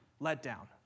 letdown